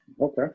Okay